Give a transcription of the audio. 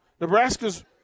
Nebraska's